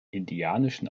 indianischen